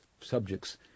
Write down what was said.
subjects